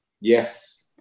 Yes